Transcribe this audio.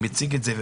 מציג את זה,